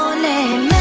name